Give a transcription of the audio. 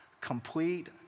complete